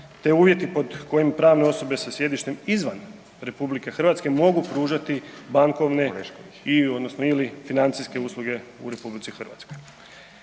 te uvjeti pod kojim pravne osobe sa sjedištem izvan RH mogu pružati bankovne i/ili financijske usluge u RH.